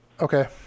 Okay